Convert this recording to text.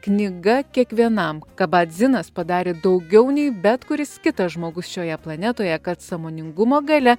knyga kiekvienam ką badzinas padarė daugiau nei bet kuris kitas žmogus šioje planetoje kad sąmoningumo galia